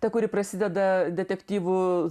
ta kuri prasideda detektyvu